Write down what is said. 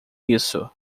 isso